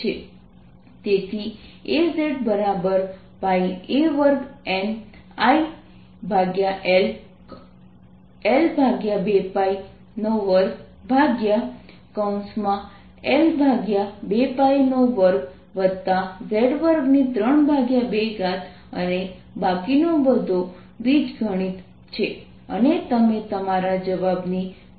તેથી Azz a2NIL L2π2L2π2z232 અને બાકીનો બધો બીજગણિત છે અને તમે તમારા જવાબની ગણતરી કરી શકો છો